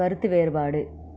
கருத்து வேறுபாடு